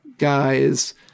guys